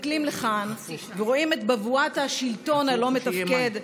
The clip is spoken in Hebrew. מסתכלים לכאן ורואים את בבואת השלטון הלא-מתפקד,